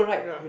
ya